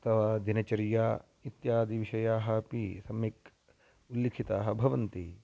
अथवा दिनचर्या इत्यादि विषयाः अपि सम्यक् उल्लिखिताः भवन्ति